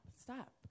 stop